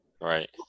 Right